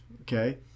okay